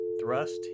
thrust